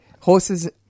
Horses